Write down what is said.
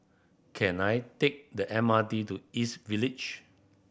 can I take the M R T to East Village